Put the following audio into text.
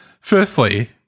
Firstly